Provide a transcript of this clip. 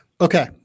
Okay